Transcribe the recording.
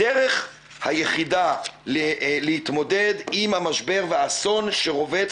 הדרך היחידה להתמודד עם המשבר והאסון שרובץ